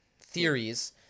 theories